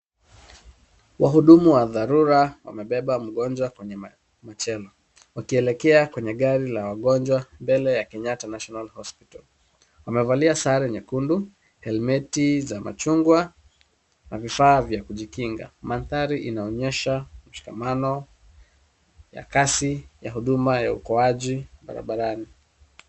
Wahudumu wa dharura, wamebeba mgonjwa kwenye machela. Wakielekea kwenye gari la wagonjwa, mbele ya Kenyatta National Hospital. Wamevalia sare nyekundu, helmeti za machungwa na vifaa vya kujikinga. Mandhari inaonyesha mshikamano wa kasi, wa huduma ya uokoaji barabarani.